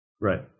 Right